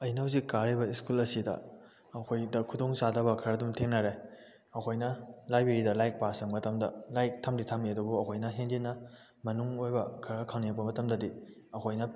ꯑꯩꯅ ꯍꯧꯖꯤꯛ ꯀꯥꯔꯤꯕ ꯁ꯭ꯀꯨꯜ ꯑꯁꯤꯗ ꯑꯩꯈꯣꯏꯗ ꯈꯨꯗꯣꯡ ꯆꯥꯗꯕ ꯈꯔ ꯑꯗꯨꯝ ꯊꯦꯡꯅꯔꯦ ꯑꯩꯈꯣꯏꯅ ꯂꯥꯏꯕꯦꯔꯤꯗ ꯂꯥꯏꯔꯤꯛ ꯄꯥꯕ ꯆꯪꯕ ꯃꯇꯝꯗ ꯂꯥꯏꯔꯤꯛ ꯊꯝꯗꯤ ꯊꯃꯏ ꯑꯗꯨꯕꯨ ꯑꯩꯈꯣꯏꯅ ꯍꯦꯟꯖꯤꯟꯅ ꯃꯅꯨꯡ ꯑꯣꯏꯕ ꯈꯔ ꯈꯪꯅꯤꯡꯂꯛꯄ ꯃꯇꯝꯗꯗꯤ ꯑꯩꯈꯣꯏꯅ